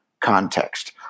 context